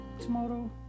tomorrow